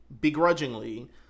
begrudgingly